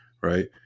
right